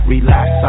Relax